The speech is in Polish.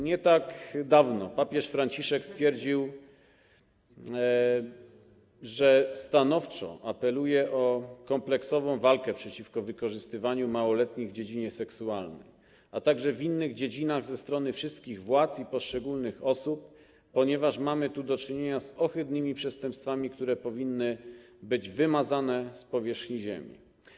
Nie tak dawno papież Franciszek stwierdził, że stanowczo apeluje o kompleksową walkę przeciwko wykorzystywaniu małoletnich w dziedzinie seksualnej, a także w innych dziedzinach, ze strony wszystkich władz i poszczególnych osób, ponieważ mamy tu do czynienia z ohydnymi przestępstwami, które powinny być wymazane z powierzchni ziemi.